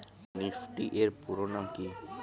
Nifty এর পুরোনাম কী?